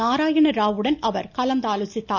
நாராயண ராவ் உடன் அவர் கலந்தாலோசித்தார்